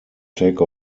take